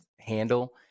handle